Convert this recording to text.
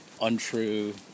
untrue